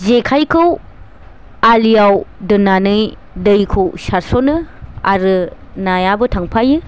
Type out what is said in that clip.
जेखाइखौ आलियाव दोननानै दैखौ सारसनो आरो नायाबो थांफायो